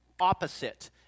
opposite